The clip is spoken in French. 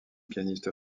pianiste